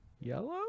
Yellow